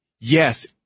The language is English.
Yes